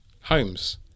Holmes